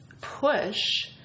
push